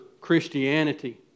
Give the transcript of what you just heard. Christianity